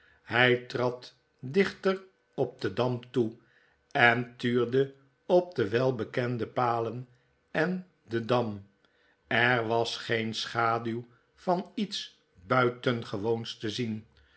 hy trad dichter op den dam toe en tuurde op de welbekende palen en den dam er was geen schaduw van iets buitengewoons te zien